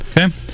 Okay